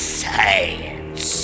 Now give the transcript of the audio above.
science